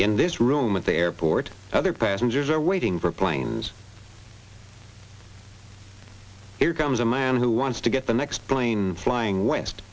in this room at the airport other passengers are waiting for planes here comes a man who wants to get the next plane flying west